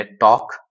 talk